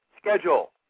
schedule